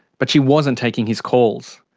but she wasn't taking his calls.